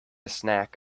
snack